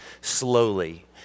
Slowly